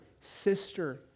sister